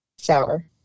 Shower